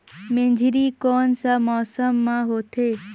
मेझरी कोन सा मौसम मां होथे?